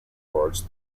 words